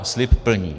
Slib plní.